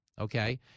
Okay